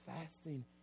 fasting